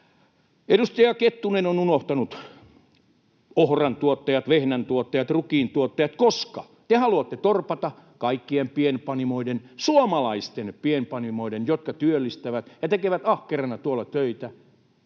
Edustaja Kettunen on unohtanut ohrantuottajat, vehnäntuottajat, rukiintuottajat, koska te haluatte torpata kaikkien pienpanimoiden, suomalaisten pienpanimoiden, jotka työllistävät ja tekevät ahkerana tuolla töitä,